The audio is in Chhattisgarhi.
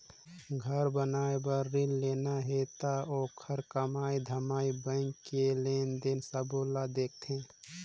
घर बनाए बर रिन लेना हे त ओखर कमई धमई बैंक के लेन देन सबो ल देखथें